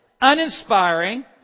uninspiring